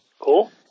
Cool